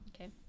Okay